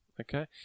Okay